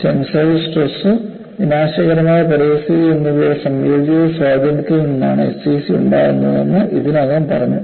tensile stress വിനാശകരമായ പരിതസ്ഥിതി എന്നിവയുടെ സംയോജിത സ്വാധീനത്തിൽ നിന്നാണ് എസ്സിസി ഉണ്ടാകുന്നതെന്ന് ഇതിനകം പറഞ്ഞു